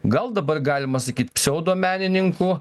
gal dabar galima sakyt pseudomenininkų